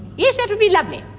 yes, that would be lovely.